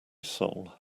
soul